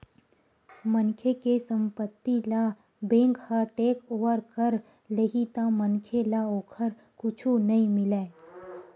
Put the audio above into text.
मनखे के संपत्ति ल बेंक ह टेकओवर कर लेही त मनखे ल ओखर कुछु नइ मिलय